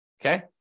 Okay